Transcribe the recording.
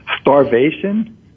Starvation